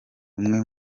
umwe